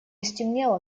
стемнело